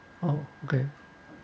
oh okay